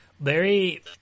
Larry